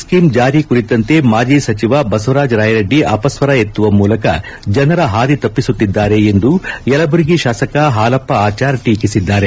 ಸೀಂ ಜಾರಿ ಕುರಿತಂತೆ ಮಾಜಿ ಸಚಿವ ಬಸವರಾಜ ರಾಯರೆಡ್ಡಿ ಅಪಸ್ತರ ಎತ್ತುವ ಮೂಲಕ ಜನರ ಹಾದಿ ತಪ್ಪಿಸುತ್ತಿದ್ದಾರೆ ಎಂದು ಯಲಬುರಗಿ ಶಾಸಕ ಹಾಲಪ ಆಚಾರ್ ಟೀಕಿಸಿದಾರೆ